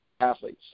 athletes